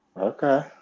Okay